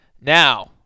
Now